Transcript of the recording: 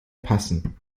passen